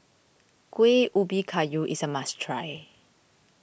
Kuih Ubi Kayu is a must try